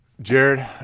Jared